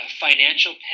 financial